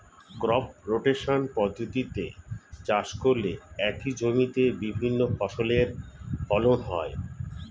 crop rotation পদ্ধতিতে চাষ করলে একই জমিতে বিভিন্ন ফসলের ফলন হয়